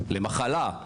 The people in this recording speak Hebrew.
למחלה,